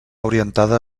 orientada